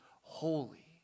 holy